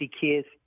kids